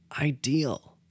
ideal